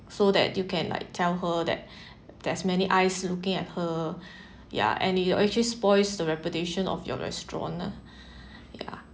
so that you can like tell her that there's many eyes looking at her ya and it'll actually spoils the reputation of your restaurant ya